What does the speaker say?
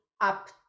up